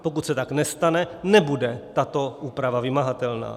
Pokud se tak nestane, nebude tato úprava vymahatelná.